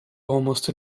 almost